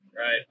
Right